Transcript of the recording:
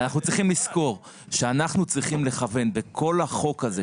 אנחנו צריכים לזכור שאנחנו צריכים לכוון בכל החוק הזה,